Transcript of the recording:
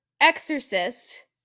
Exorcist